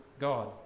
god